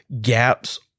gaps